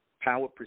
Power